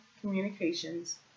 communications